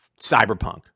cyberpunk